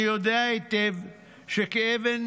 אני יודע היטב שכאבן